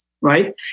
right